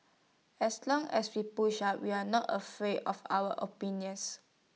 as long as we push up we are not afraid of our opinions